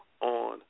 on